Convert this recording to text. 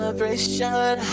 Celebration